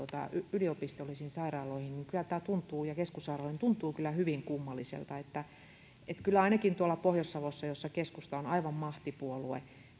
yliopistollisiin sairaaloihin ja keskussairaaloihin tuntuu hyvin kummalliselta kyllä ainakin tuolla pohjois savossa jossa keskusta on aivan mahtipuolue